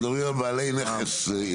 אנחנו מדברים על בעלי נכס עסקי.